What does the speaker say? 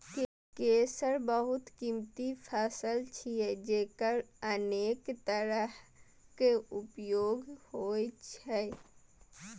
केसर बहुत कीमती फसल छियै, जेकर अनेक तरहक उपयोग होइ छै